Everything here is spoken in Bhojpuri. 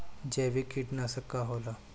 जैविक कीटनाशक का होला?